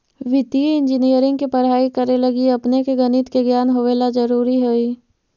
वित्तीय इंजीनियरिंग के पढ़ाई करे लगी अपने के गणित के ज्ञान होवे ला जरूरी हई